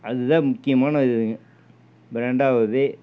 அது தான் முக்கியானது ரெண்டாவது